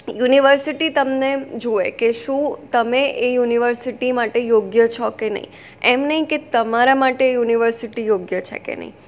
university તમને જુએ કે શું તમે એ યુનિવર્સિટી માટે યોગ્ય છો કે નહીં એમ નહીં કે તમારા માટે યુનિવર્સિટી યોગ્ય છે કે નહીં